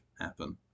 happen